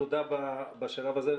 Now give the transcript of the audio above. תודה בשלב הזה.